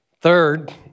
Third